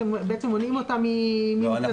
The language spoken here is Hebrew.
אתם בעצם מונעים אותה ממתנדבים?